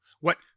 What-